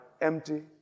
empty